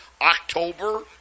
October